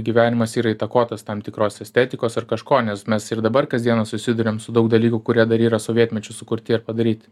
gyvenimas yra įtakotas tam tikros estetikos ar kažko nes mes ir dabar kasdieną susiduriam su daug dalykų kurie dar yra sovietmečiu sukurti ir padaryti